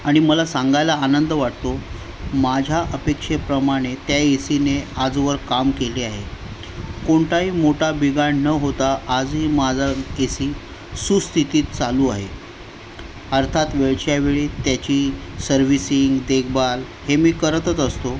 आणि मला सांगायला आनंद वाटतो माझ्या अपेक्षेप्रमाणे त्या एसीने आजवर काम केले आहे कोणताही मोठा बिगाड न होता आजही माझा एसी सुस्थितीत चालू आहे अर्थात वेळच्या वेळी त्याची सर्व्हिसिंग देखभाल हे मी करतच असतो